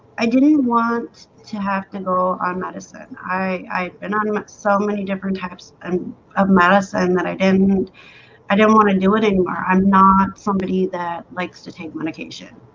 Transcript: i didn't want to have to go on medicine. i and not even so many different types um of medicine that i didn't i didn't want to do it anymore i'm not somebody that likes to take medication.